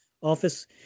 office